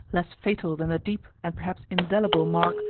less fatal than the deep, and perhaps indelible, mark,